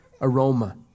aroma